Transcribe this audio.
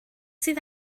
sydd